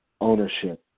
ownership